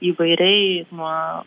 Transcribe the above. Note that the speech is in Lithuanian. įvairiai nuo